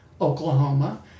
Oklahoma